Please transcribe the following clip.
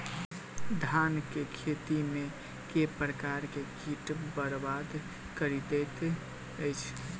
धान केँ खेती मे केँ प्रकार केँ कीट बरबाद कड़ी दैत अछि?